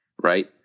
right